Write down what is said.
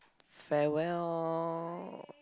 farewell